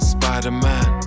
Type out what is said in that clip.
Spider-Man